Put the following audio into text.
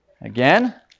Again